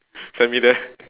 send me there